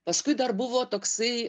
paskui dar buvo toksai